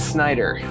Snyder